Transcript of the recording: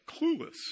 clueless